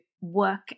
work